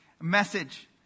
message